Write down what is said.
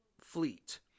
fleet